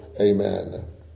Amen